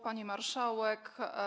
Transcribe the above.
Pani Marszałek!